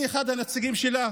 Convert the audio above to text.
ואני אחד הנציגים שלה